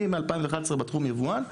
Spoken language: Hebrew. אני מ-2011 יבואן בתחום.